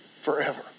Forever